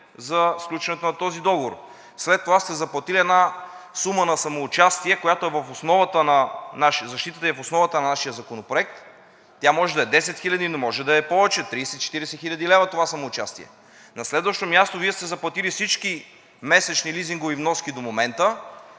за сключването на този договор. След това сте заплатили една сума на самоучастие, която е в защитата и основата на нашия законопроект. Тя може да е 10 хиляди, но може да е повече: 30 – 40 хил. лв. това самоучастие. На следващо място, Вие сте заплатили всички месечни лизингови вноски до момента.